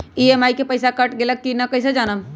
EMI के पईसा cut गेलक कि ना कइसे हम जानब?